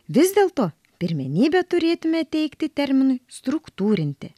vis dėlto pirmenybę turėtume teikti terminui struktūrinti